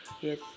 yes